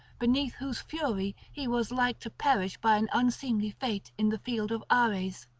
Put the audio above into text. beneath whose fury he was like to perish by an unseemly fate in the field of ares.